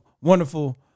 wonderful